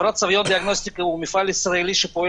חברת "סביון" דיאגנוסטיקה הוא מפעל ישראלי שפועל